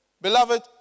Beloved